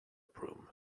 broom